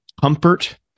comfort